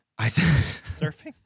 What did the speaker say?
Surfing